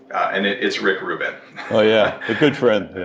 and it's rick rubin oh yeah. a good friend, yeah.